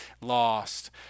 lost